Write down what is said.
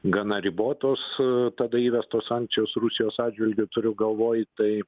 gana ribotos tada įvestos sankcijos rusijos atžvilgiu turiu galvoj tai